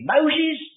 Moses